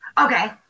Okay